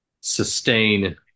sustain